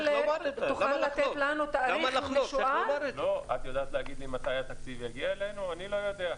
מתי זה אמור להגיע לוועדה?